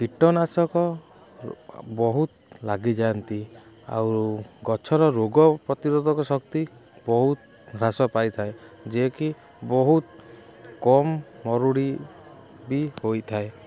କୀଟନାଶକ ବହୁତ୍ ଲାଗିଯାଆନ୍ତି ଆଉ ଗଛର ରୋଗ ପ୍ରତିରୋଧକ ଶକ୍ତି ବହୁତ୍ ହ୍ରାସ ପାଇଥାଏ ଯିଏକି ବହୁତ କମ୍ ମରୁଡ଼ି ବି ହୋଇଥାଏ